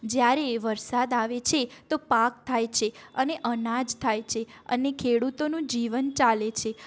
જ્યારે વરસાદ આવે છે ત્યારે પાક થાય છે અને આનાજ થાય છે અને ખેડૂતોનું જીવન ચાલે છે